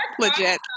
Legit